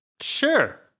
Sure